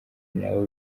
nabo